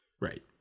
right